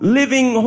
living